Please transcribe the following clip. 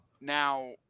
Now